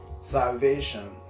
Salvation